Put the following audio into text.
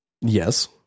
yes